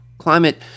climate